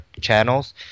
channels